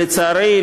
לצערי,